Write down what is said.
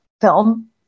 film